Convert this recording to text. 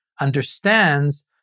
understands